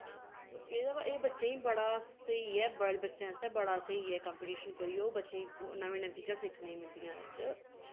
तो एहदे एह् बच्चें गी बड़ा स्हेई ऐ बच्चें आस्तै बड़ा स्हेई ऐ कंपीटिशन कोई होऐ बच्चें नमीं नमीं चीजां सिक्खनें गी मिलदियां एह्दे च